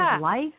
life